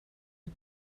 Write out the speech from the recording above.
mit